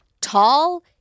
tall